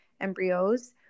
embryos